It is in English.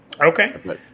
Okay